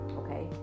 okay